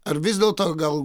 ar vis dėlto gal